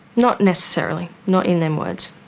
not necessarily, not in them words.